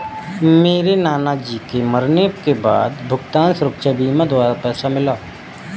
मेरे नाना जी के मरने के बाद भुगतान सुरक्षा बीमा के द्वारा पैसा मिला